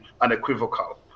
unequivocal